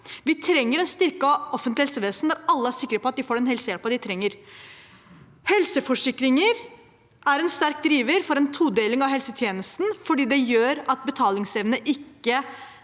Vi trenger et styrket offentlig helsevesen, der alle er sikre på at de får den helsehjelpen de trenger. Helseforsikringer er «en sterk driver for en todeling av helsetjenesten, fordi det gjør at betalingsevne og ikke